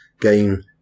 game